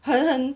很很